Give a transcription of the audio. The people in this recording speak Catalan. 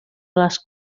les